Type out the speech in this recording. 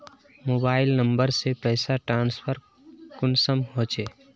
Mobile number से पैसा transfer कुंसम होचे?